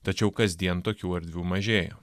tačiau kasdien tokių erdvių mažėja